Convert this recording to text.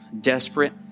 desperate